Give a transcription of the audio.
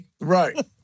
right